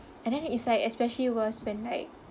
and then it's like especially was when like